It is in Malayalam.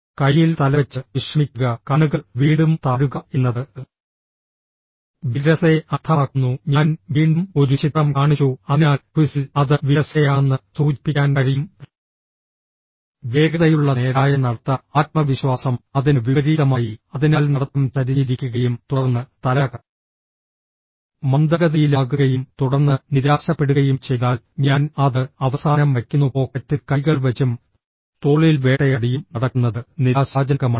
കയ്യിൽ തലവെച്ച് വിശ്രമിക്കുക കണ്ണുകൾ വീണ്ടും താഴുക എന്നത് വിരസതയെ അർത്ഥമാക്കുന്നു ഞാൻ വീണ്ടും ഒരു ചിത്രം കാണിച്ചു അതിനാൽ ക്വിസിൽ അത് വിരസതയാണെന്ന് സൂചിപ്പിക്കാൻ കഴിയും വേഗതയുള്ള നേരായ നടത്ത ആത്മവിശ്വാസം അതിന് വിപരീതമായി അതിനാൽ നടത്തം ചരിഞ്ഞിരിക്കുകയും തുടർന്ന് തല മന്ദഗതിയിലാകുകയും തുടർന്ന് നിരാശപ്പെടുകയും ചെയ്താൽ ഞാൻ അത് അവസാനം വയ്ക്കുന്നു പോക്കറ്റിൽ കൈകൾ വെച്ചും തോളിൽ വേട്ടയാടിയും നടക്കുന്നത് നിരാശാജനകമാണ്